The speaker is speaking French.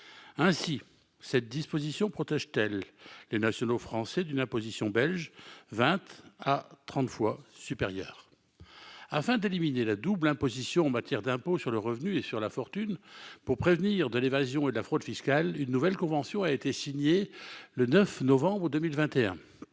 ainsi cette disposition protège-t-elle les nationaux français d'une imposition belge 20 à 30 fois supérieurs afin d'éliminer la double imposition en matière d'impôt sur le revenu et sur la fortune pour prévenir de l'évasion et la fraude fiscale, une nouvelle convention a été signée le 9 novembre 2021,